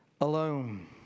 alone